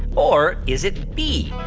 or is it b,